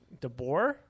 DeBoer